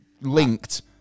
linked